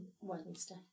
Wednesday